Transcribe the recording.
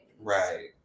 Right